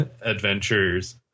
adventures